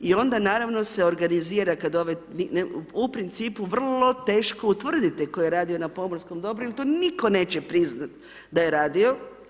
I onda naravno se organizira, kada ovaj, u principu vrlo teško, utvrditi tko je radio na pomorskom dobru, jer to nitko neće priznati da je radio.